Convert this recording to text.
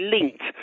linked